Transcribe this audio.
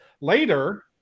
later